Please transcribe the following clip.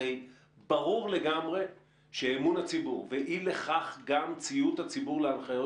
הרי ברור לגמרי שאמון הציבור ואי לכך גם ציות הציבור להנחיות